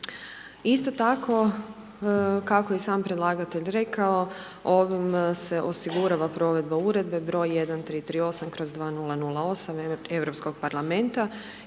Isto tako, kako je i sam predlagatelj rekao, ovim se osigurava provedba Uredbe br. 1338/2008, Europskog parlamenta